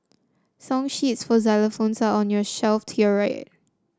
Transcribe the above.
song sheets for xylophones are on your shelf to your right